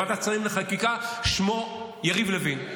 לוועדת שרים לחקיקה, שמו יריב לוין,